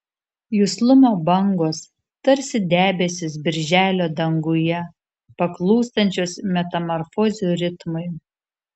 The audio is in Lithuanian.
juslumo bangos tarsi debesys birželio danguje paklūstančios metamorfozių ritmui